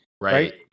right